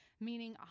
meaning